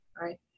right